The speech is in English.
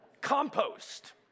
Compost